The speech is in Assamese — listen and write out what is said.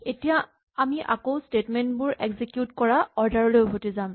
এতিয়া আমি আকৌ স্টেটমেন্ট বোৰ এক্সিকিউট কৰা অৰ্ডাৰ লৈ উভতি যাম